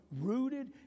rooted